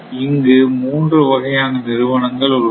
இங்கு மூன்று வகையான நிறுவனங்கள் உள்ளன